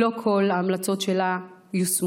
לא כל ההמלצות שלה יושמו.